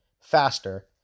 faster